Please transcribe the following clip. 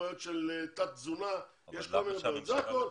תת-תזונה וכל מיני בעיות.